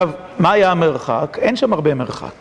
עכשיו, מה היה המרחק? אין שם הרבה מרחק.